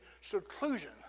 seclusion